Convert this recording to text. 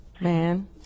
Man